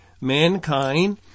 mankind